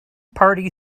party